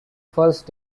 first